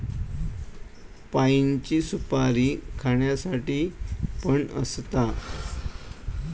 पाइनची सुपारी खाण्यासाठी पण असता